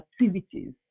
activities